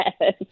Yes